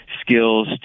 skills